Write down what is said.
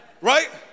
Right